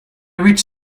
reach